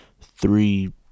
three